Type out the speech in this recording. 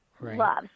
love